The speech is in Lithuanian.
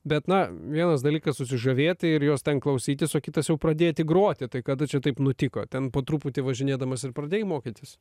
bet na vienas dalykas susižavėti ir jos ten klausytis o kitas jau pradėti groti tai kada čia taip nutiko ten po truputį važinėdamas ir pradėjai mokytis